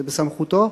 זה בסמכותו.